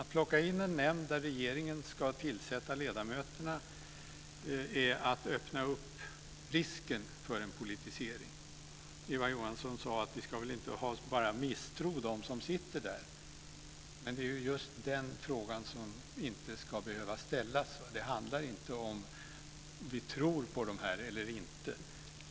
Att plocka in en nämnd där regeringen ska tillsätta ledamöterna är att öppna upp risken för en politisering. Eva Johansson sade att vi inte ska misstro dem som sitter där. Men det är ju just den frågan som inte ska behöva ställas. Det handlar inte om huruvida vi tror på dem eller inte.